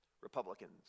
Republicans